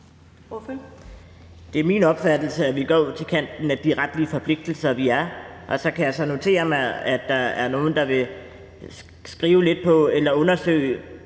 Det er min opfattelse, at vi går til kanten af de retlige forpligtelser, vi har, og så kan jeg så notere mig, at der er nogle, der vil undersøge,